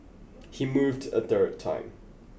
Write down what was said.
he moved a third time